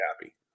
happy